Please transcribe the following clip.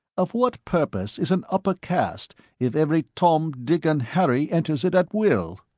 of what purpose is an upper caste if every tom, dick and harry enters it at will?